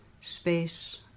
space